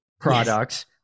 products